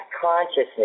consciousness